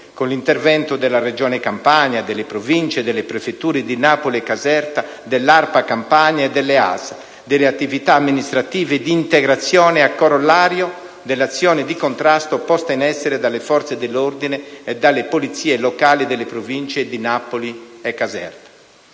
con l'intervento della Regione Campania, delle Province e delle prefetture di Napoli e Caserta, dell'ARPA Campania e delle ASL, delle attività amministrative di integrazione a corollario dell'azione di contrasto posta in essere dalle forze dell'ordine e dalle polizie locali delle province di Napoli e Caserta.